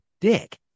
dick